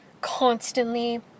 constantly